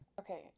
okay